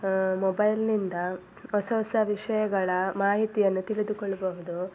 ಮೊಬೈಲ್ನಿಂದ ಹೊಸ ಹೊಸ ವಿಷಯಗಳ ಮಾಹಿತಿಯನ್ನು ತಿಳಿದುಕೊಳ್ಳಬಹುದು